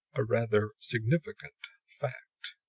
a rather significant fact,